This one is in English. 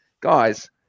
guys